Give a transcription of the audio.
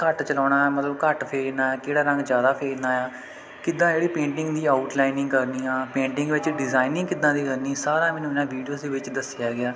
ਘੱਟ ਚਲਾਉਣਾ ਮਤਲਬ ਘੱਟ ਫੇਰਨਾ ਕਿਹੜਾ ਰੰਗ ਜ਼ਿਆਦਾ ਫੇਰਨਾ ਆ ਕਿੱਦਾਂ ਜਿਹੜੀ ਪੇਂਟਿੰਗ ਦੀ ਆਊਟਲਾਈਨਿੰਗ ਕਰਨੀ ਆ ਪੇਂਟਿੰਗ ਵਿੱਚ ਡਿਜ਼ਾਇਨਿੰਗ ਕਿੱਦਾਂ ਦੀ ਕਰਨੀ ਸਾਰਾ ਮੈਨੂੰ ਇਹਨਾਂ ਵੀਡੀਓਸ ਦੇ ਵਿੱਚ ਦੱਸਿਆ ਗਿਆ